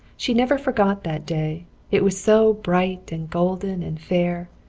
she never forgot that day it was so bright and golden and fair,